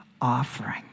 offering